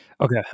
Okay